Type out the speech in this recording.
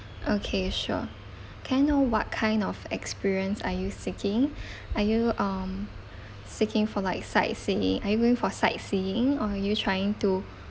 okay sure can I know what kind of experience are you seeking are you um seeking for like sightseeing are you going for sightseeing or are you trying to